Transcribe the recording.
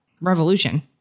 revolution